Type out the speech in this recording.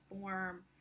form